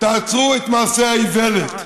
תעצרו את מעשה האיוולת.